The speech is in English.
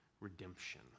redemption